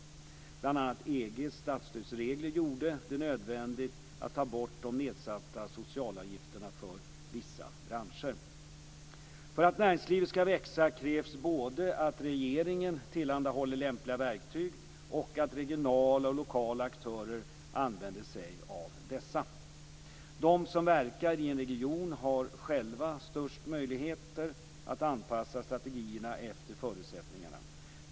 Bl.a. EG:s statsstödsregler gjorde det nödvändigt att ta bort de nedsatta socialavgifterna för vissa branscher. För att näringslivet skall växa krävs både att regeringen tillhandahåller lämpliga verktyg och att regionala och lokala aktörer använder sig av dessa. De som verkar i en region har själva störst möjligheter att anpassa strategierna efter förutsättningarna.